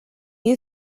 you